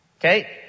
Okay